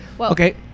Okay